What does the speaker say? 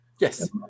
Yes